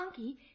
Anki